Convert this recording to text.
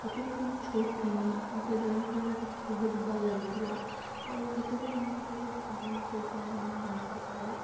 ଯେତେବେଲେ ମୁଇଁ ଛୋଟ୍ ଥିନି ମୋତେ ଡ଼୍ରଇଂ କରବାକେ ଯେ ବହୁତ୍ ଭଲ୍ ଲାଗୁଥିଲା ଆଉ ହେତେବେଲେ ମୋତେ ବେଶୀ ଭଲ୍ ସେ ଡ଼୍ରଇଂ ନାଇଁ ଆସୁଥାଇ